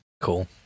Cool